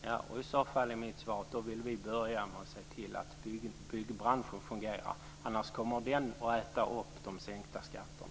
Fru talman! I så fall är mitt svar att vi vill börja med att se till att byggbranschen fungerar - annars kommer den att äta upp de sänkta skatterna.